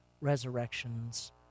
resurrections